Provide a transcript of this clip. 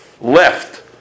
left